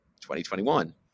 2021